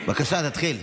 בבקשה, תתחיל.